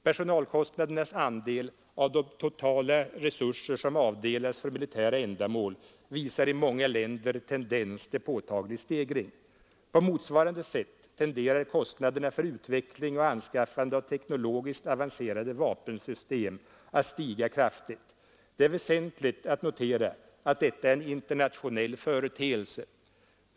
Personalkostnadernas andel av de totala resurser som avdelas för militära ändamål visar i många länder tendens till påtaglig stegring. På motsvarande sätt tenderar kostnaderna för utveckling och anskaffning av teknologiskt avancerade vapensystem att stiga kraftigt. Det är väsentligt att notera att detta är en internationell företeelse.